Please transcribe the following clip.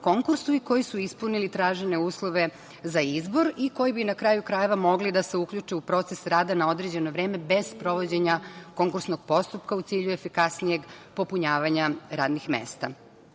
i koji su ispunili tražene uslove za izbor i koji bi, na kraju krajeva, mogli da se uključe u proces rada na određeno vreme bez sprovođenja konkursnog postupka, u cilju efikasnijeg popunjavanja radnih mesta. Kako